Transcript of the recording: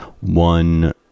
one